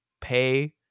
pay